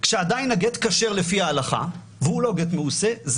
כשעדיין הגט כשר לפי ההלכה, והוא לא גט מעושה,